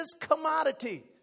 commodity